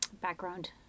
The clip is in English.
background